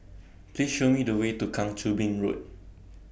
Please Show Me The Way to Kang Choo Bin Road